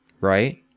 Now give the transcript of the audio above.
Right